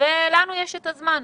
ולנו יש את הזמן.